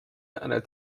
eine